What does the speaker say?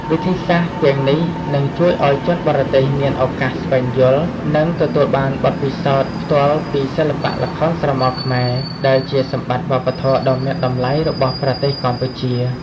វិធីសាស្រ្តទាំងនេះនឹងជួយឲ្យជនបរទេសមានឱកាសស្វែងយល់ និងទទួលបានបទពិសោធន៍ផ្ទាល់ពីសិល្បៈល្ខោនស្រមោលខ្មែរ ដែលជាសម្បត្តិវប្បធម៌ដ៏មានតម្លៃរបស់ប្រទេសកម្ពុជា។